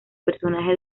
personaje